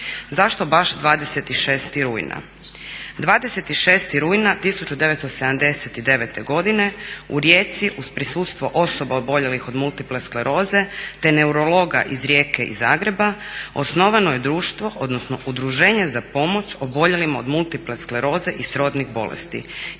Zašto baš 26.rujna?